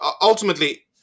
ultimately